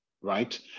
right